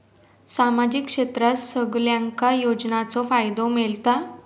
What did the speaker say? सामाजिक क्षेत्रात सगल्यांका योजनाचो फायदो मेलता?